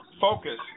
focus